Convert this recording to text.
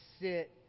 sit